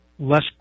less